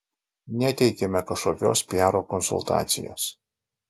neteikiame kažkokios piaro konsultacijos